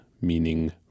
meaning